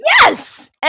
Yes